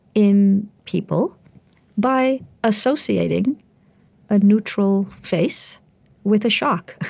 in people by associating a neutral face with a shock.